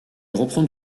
reprend